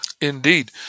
Indeed